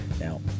Now